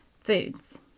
foods